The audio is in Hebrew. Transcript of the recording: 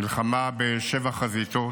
מלחמה בשבע חזיתות,